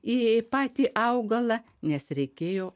į patį augalą nes reikėjo